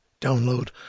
download